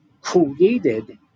created